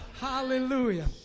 Hallelujah